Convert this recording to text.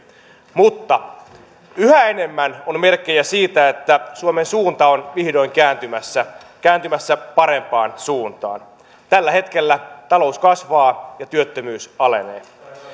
mutta yhä enemmän on merkkejä siitä että suomen suunta on vihdoin kääntymässä kääntymässä parempaan suuntaan tällä hetkellä talous kasvaa ja työttömyys alenee